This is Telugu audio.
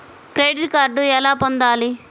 క్రెడిట్ కార్డు ఎలా పొందాలి?